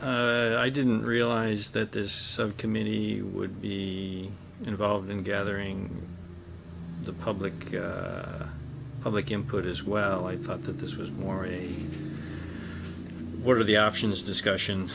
i didn't realize that there's some community would be involved in gathering the public public input as well i thought that this was more of a what are the options discussion